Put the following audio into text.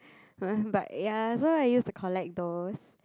but ya so I used to collect those